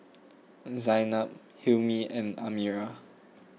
Zaynab Hilmi and Amirah